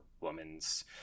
woman's